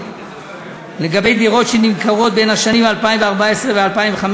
לגבי דירות שנמכרות בין השנים 2014 ו-2015,